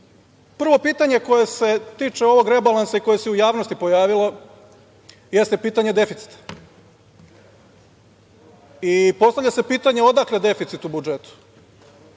pitanje koje se tiče ovog rebalansa i koje se u javnosti pojavilo jeste pitanje deficita. Postavlja se pitanje – odakle deficit u budžetu?